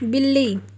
ਬਿੱਲੀ